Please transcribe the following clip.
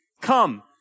Come